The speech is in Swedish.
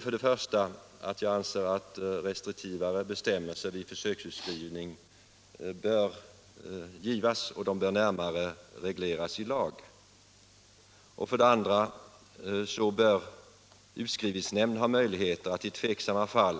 För det första anser jag att mer restriktiva bestämmelser bör ges vid försöksutskrivning och de bör närmare regleras i lag. För det andra bör utskrivningsnämnd ha möjlighet att i tveksamma fall